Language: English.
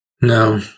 No